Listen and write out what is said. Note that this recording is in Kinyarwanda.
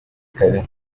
kare